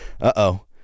Uh-oh